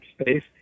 space